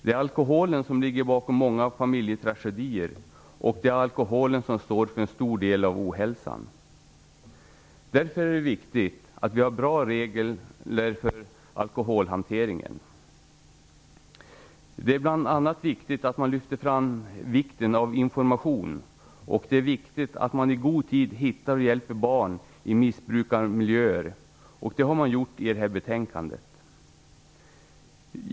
Det är alkoholen som ligger bakom många familjetragedier, och det är alkoholen som står för en stor del av ohälsan. Därför är det viktigt att vi har bra regler för alkoholhanteringen. Det är bl.a. viktigt att lyfta fram vikten av information och av att i god tid hitta och hjälpa barn i missbrukarmiljöer. Det har man gjort i det här betänkandet.